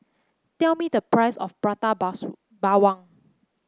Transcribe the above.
tell me the price of Prata Bawang